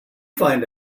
find